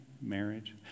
marriage